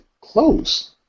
close